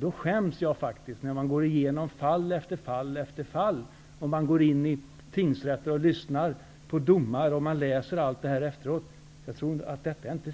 Jag skäms faktiskt, när man kan gå igenom fall efter fall. Man kan gå till tingsrätterna och läsa domar, och man tror inte att det man upplever